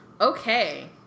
Okay